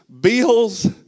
bills